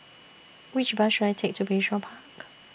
Which Bus should I Take to Bayshore Park